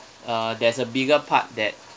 uh there's a bigger part that